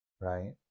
right